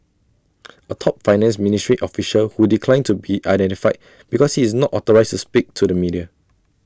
A top finance ministry official who declined to be identified because he is not authorised to speak to the media